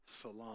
Salon